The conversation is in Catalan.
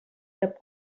cap